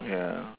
ya